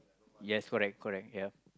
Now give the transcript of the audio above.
yes correct correct ya